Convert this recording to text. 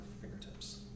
fingertips